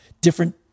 different